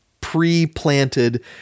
pre-planted